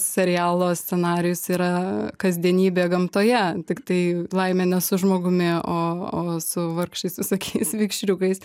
serialo scenarijus yra kasdienybė gamtoje tiktai laimė ne su žmogumi o o su vargšais visokiais vikšriukais